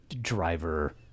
driver